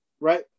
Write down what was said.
Right